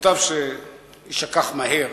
מוטב שיישכח מהר.